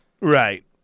Right